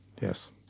Yes